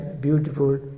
beautiful